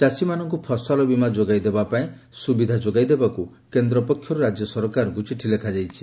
ଚାଷୀମାନଙ୍କୁ ଫସଲ ବୀମା ଯୋଗାଇଦେବାପାଇଁ ସୁବିଧା ଯୋଗାଇ ଦେବାକୁ କେନ୍ଦ୍ର ପକ୍ଷରୁ ରାଜ୍ୟ ସରକାରଙ୍କୁ ଚିଠି ଲେଖାଯାଇଛି